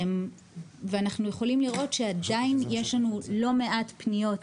אנחנו יכולים לראות שעדיין יש לנו לא מעט פניות ממעסיקים,